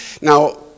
Now